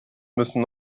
müssen